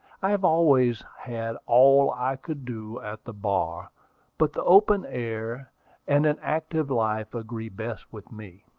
i have always had all i could do at the bar but the open air and an active life agree best with me.